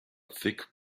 thick